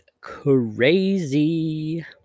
crazy